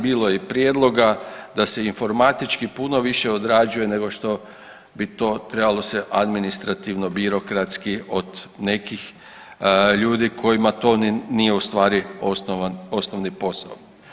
Bilo je i prijedloga da se informatički puno više odrađuje nego što bi trebalo se administrativno birokratski od nekih ljudi kojima to nije u stvari osnovni posao.